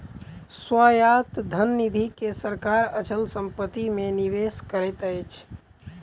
स्वायत्त धन निधि के सरकार अचल संपत्ति मे निवेश करैत अछि